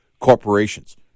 corporations